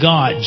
God